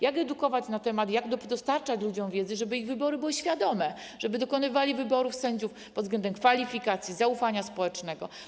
Jak edukować, jak dostarczać ludziom wiedzę, żeby ich wybory były świadome, żeby dokonywali wyborów sędziów pod względem kwalifikacji, zaufania społecznego.